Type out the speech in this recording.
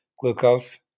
glucose